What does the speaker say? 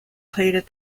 played